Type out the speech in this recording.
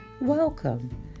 welcome